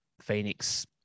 Phoenix